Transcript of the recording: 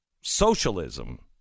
socialism